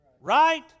Right